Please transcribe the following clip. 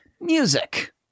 music